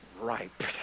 ripe